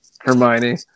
Hermione